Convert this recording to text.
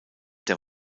der